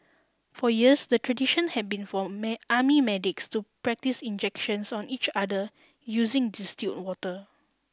for years the tradition had been for army medics to practise injections on each other using distilled water